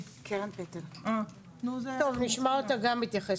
טוב, נשמע אותה גם מתייחסת.